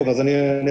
אז אני אתחיל.